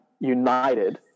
united